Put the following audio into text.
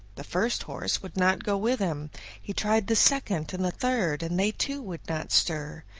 the first horse would not go with him he tried the second and third, and they too would not stir.